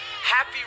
Happy